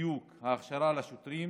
ובדיוק ההכשרות לשוטרים,